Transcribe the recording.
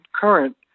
current